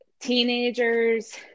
teenagers